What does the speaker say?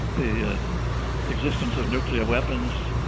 the existence of nuclear weapons,